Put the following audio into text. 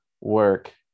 work